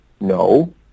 No